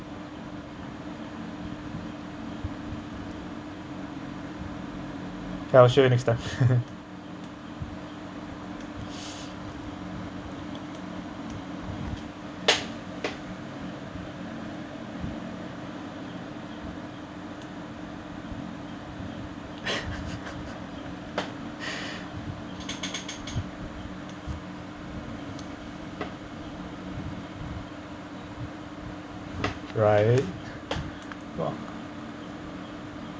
I'll show you next time right